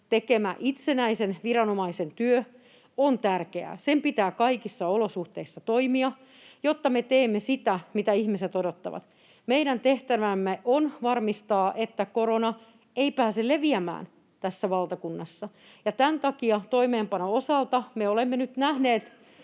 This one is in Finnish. tekemä itsenäisen viranomaisen työ on tärkeää. Sen pitää kaikissa olosuhteissa toimia, jotta me teemme sitä, mitä ihmiset odottavat. Meidän tehtävämme on varmistaa, että korona ei pääse leviämään tässä valtakunnassa, ja tämän takia toimeenpanon osalta me olemme nyt nähneet